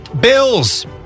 Bills